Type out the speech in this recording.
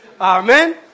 Amen